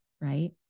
right